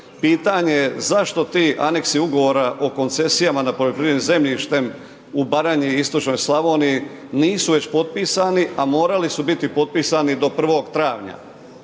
Pitanje je zašto ti aneksi ugovora o koncesijama nad poljoprivrednim zemljištem u Baranji i istočnoj Slavoniji, nisu već potpisani a morali su biti potpisani do 1. travnja?